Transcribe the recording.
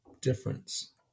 difference